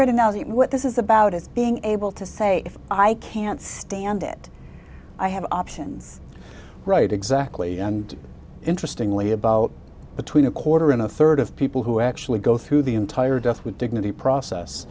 analogy what this is about is being able to say if i can't stand it i have options right exactly and interestingly about between a quarter and a third of people who actually go through the entire death with dignity process